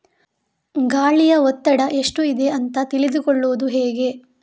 ಗಾಳಿಯ ಒತ್ತಡ ಎಷ್ಟು ಇದೆ ಅಂತ ತಿಳಿದುಕೊಳ್ಳುವುದು ಹೇಗೆ?